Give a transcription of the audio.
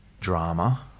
drama